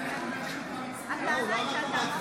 הוא לא אמר שתמה ההצבעה.